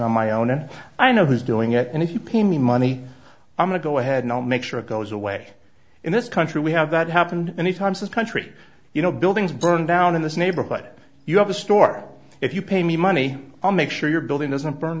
on my own and i know who's doing it and if you pay me money i'm going to go ahead now make sure it goes away in this country we have that happened many times this country you know buildings burned down in this neighborhood you have a store if you pay me money i'll make sure your building doesn't burn